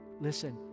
Listen